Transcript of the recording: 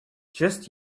just